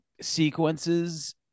sequences